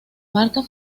marca